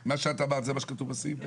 מה שאת אמרת, זה מה שכתוב בסעיף?